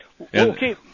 Okay